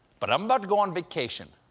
but i'm about to go on vacation,